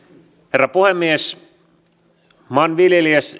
herra puhemies maanviljelijät